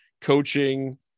coaching